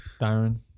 Darren